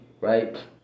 Right